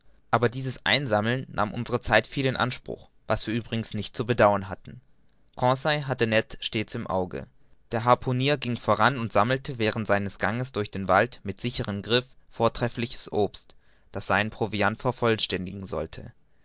aber dieses einsammeln nahm unsere zeit viel in anspruch was wir übrigens nicht zu bedauern hatten conseil hatte ned stets im auge der harpunier ging voran und sammelte während seines ganges durch den wald mit sicherem griff vortreffliches obst das seinen proviant vervollständigen sollte